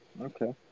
Okay